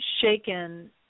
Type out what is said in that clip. shaken